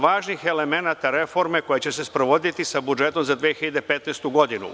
važnih elemenata reforme koja će se sprovoditi sa budžetom za 2015. godinu.